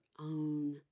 own